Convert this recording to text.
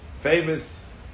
famous